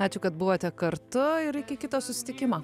ačiū kad buvote kartu ir iki kito susitikimo